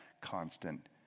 constant